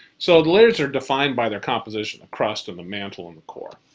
so, the layers are defined by their composition, the crust, and the mantle, and the core.